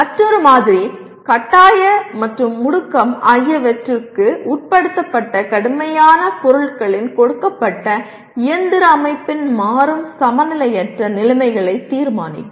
மற்றொரு மாதிரி கட்டாய மற்றும் முடுக்கம் ஆகியவற்றிற்கு உட்படுத்தப்பட்ட கடுமையான பொருள்களின் கொடுக்கப்பட்ட இயந்திர அமைப்பின் மாறும் சமநிலையற்ற நிலைமைகளைத் தீர்மானிக்கவும்